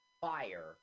fire